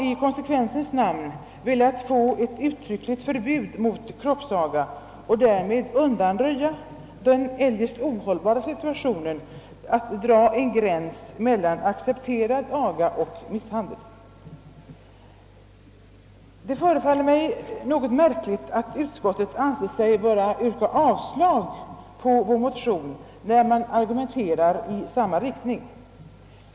I konsekvensens namn har vi velat få ett uttryckligt förbud mot kroppsaga för att därmed undanröja den eljest ohållbara situationen att man drar en gräns mellan »accepterad» aga och misshandel. Det förefaller mig något märkligt att utskottet ansett sig böra yrka avslag på vår motion, när man själv argumenterar i samma riktning.